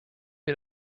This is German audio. wir